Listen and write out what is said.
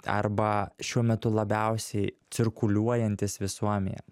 arba šiuo metu labiausiai cirkuliuojantys visuomenėje